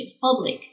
public